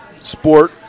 sport